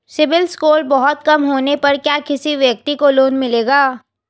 CIBIL score बहुत कम होने पर क्या किसी व्यक्ति को लोंन मिलेगा?